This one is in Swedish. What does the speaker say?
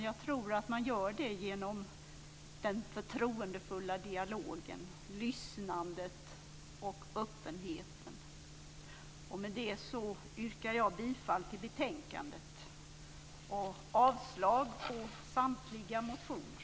Jag tror att man gör det genom den förtroendefulla dialogen, lyssnandet och öppenheten. Med det yrkar jag bifall till utskottets hemställan i betänkandet och avslag på samtliga motioner.